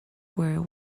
were